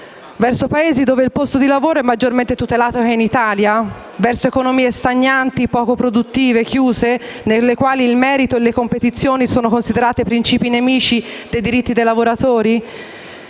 Verso Paesi dove il posto di lavoro è maggiormente tutelato che in Italia? Verso economie stagnanti, poco produttive, chiuse, nelle quali il merito e la competizione sono considerati principi nemici dei diritti dei lavoratori?